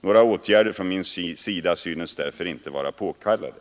Några åtgärder från min sida synes därför inte vara påkallade.